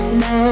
no